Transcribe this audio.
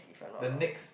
the next